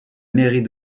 mairie